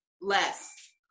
less